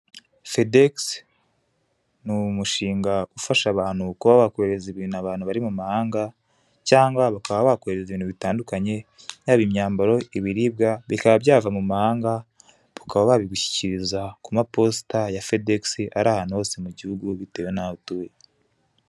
Fedekisi, ni umushinga ufasha abantu kuba bakoherereza abantu bari mu mahanga, cyangwa bakaba bakohereza ibintu bitandukanye, yaba imyambaro, ibiribwa, bikaba byava mu mahanga, bakaba babigushyikiriza ku maposita ya Fedekisi ari ahantu hose mu guhigu, bitewe n'aho utuye.